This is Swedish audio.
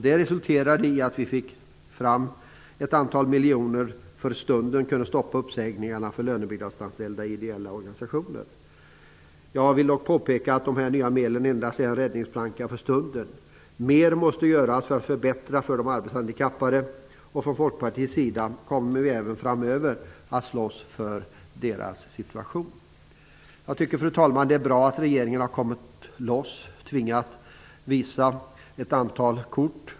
Det resulterade i att vi fick fram ett antal miljoner som för stunden kunde stoppa uppsägningarna för lönebidragsanställda i ideella organisationer. Jag vill dock påpeka att dessa nya medel endast är en räddningsplanka för stunden. Mer måste göras för att förbättra för de arbetshandikappade. Folkpartiet kommer även framöver att slåss för deras situation. Fru talman! Jag tycker att det är bra att regeringen har kommit loss och tvingats visa ett antal kort.